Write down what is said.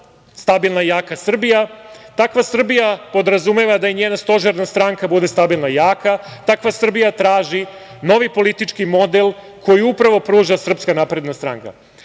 stabilna i jaka Srbija, takva Srbija podrazumeva da njena stožerna stranka bude stabilna i jaka, takva Srbija traži novi politički model koji upravo pruža SNS.To će sprečiti